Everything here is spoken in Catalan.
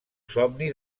somni